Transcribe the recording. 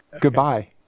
Goodbye